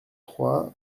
trois